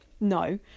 No